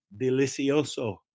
delicioso